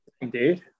indeed